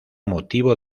motivo